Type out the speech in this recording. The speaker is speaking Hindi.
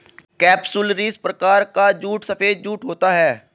केपसुलरिस प्रकार का जूट सफेद जूट होता है